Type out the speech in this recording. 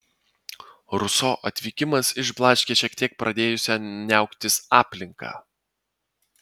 ruso atvykimas išblaškė šiek tiek pradėjusią niauktis aplinką